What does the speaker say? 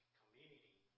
community